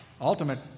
ultimate